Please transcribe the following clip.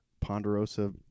Ponderosa